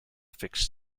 fixed